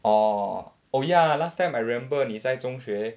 orh oh ya last time I remember 你在中学